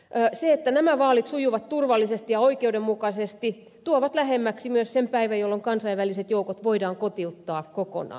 se että nämä vaalit sujuvat turvallisesti ja oikeudenmukaisesti tuo lähemmäksi myös sen päivän jolloin kansainväliset joukot voidaan kotiuttaa kokonaan